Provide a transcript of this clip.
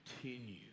continue